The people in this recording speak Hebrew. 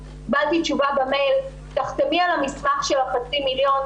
קיבלתי תשובה במייל תחתמי על המסמך של החצי מיליון,